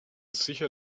sicher